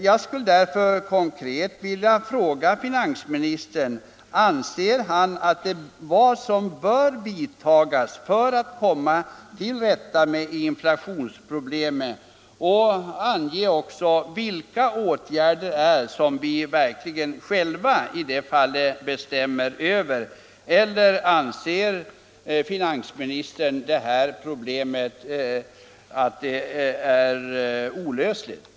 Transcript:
Jag skulle därför konkret vilja fråga finansministern: Vilka åtgärder anser finansministern bör vidtas för att vi skall komma till rätta med inflationsproblemet? Vilka åtgärder bestämmer vi i det fallet själva över? Eller anser finansministern att det här problemet är olösligt?